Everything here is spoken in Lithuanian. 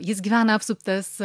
jis gyvena apsuptas